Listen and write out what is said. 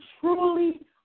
truly